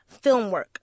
Filmwork